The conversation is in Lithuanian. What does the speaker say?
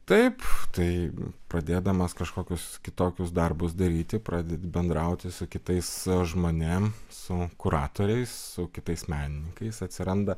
taip tai pradėdamas kažkokius kitokius darbus daryti pradedi bendrauti su kitais žmonėm su kuratoriais su kitais menininkais atsiranda